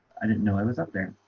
i didn't know i was up there